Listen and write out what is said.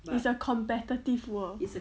it's a competitive world